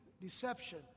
Deception